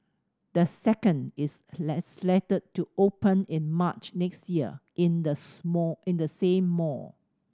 the second is slated to open in March next year in the small same mall